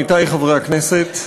עמיתי חברי הכנסת,